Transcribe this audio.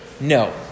No